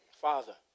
father